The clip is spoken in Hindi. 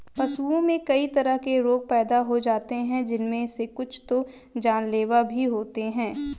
पशुओं में कई तरह के रोग पैदा हो जाते हैं जिनमे से कुछ तो जानलेवा भी होते हैं